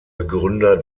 begründer